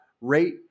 rate